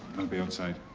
i'll be outside.